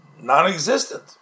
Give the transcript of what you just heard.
non-existent